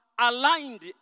aligned